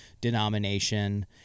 denomination